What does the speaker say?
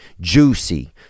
Juicy